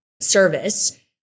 service